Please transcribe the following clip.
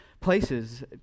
places